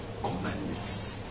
commandments